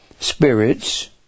spirits